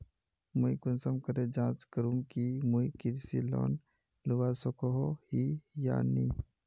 मुई कुंसम करे जाँच करूम की मुई कृषि लोन लुबा सकोहो ही या नी?